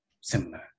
similar